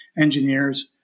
engineers